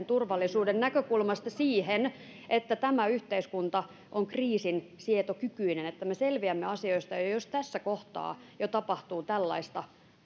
turvallisuuden näkökulmasta siihen että tämä yhteiskunta on kriisinsietokykyinen että me selviämme asioista jos tässä kohtaa jo tapahtuu tällaista